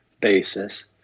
basis